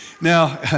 Now